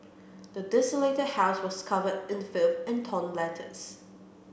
the desolated house was covered in filth and torn letters